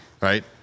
right